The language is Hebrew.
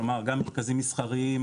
כלומר גם מרכזים מסחריים,